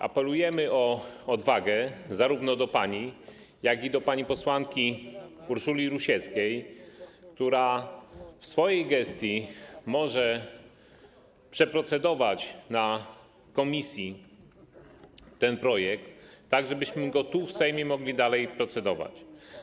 Apelujemy o odwagę zarówno do pani, jak i do pani posłanki Urszuli Ruseckiej, która w swojej gestii może przeprocedować na posiedzeniu komisji ten projekt, tak żebyśmy w Sejmie mogli dalej nad nim procedować.